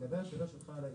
לגבי השאלה שלך על היתירות.